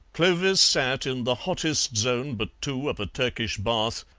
clovis sat in the hottest zone but two of a turkish bath,